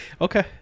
Okay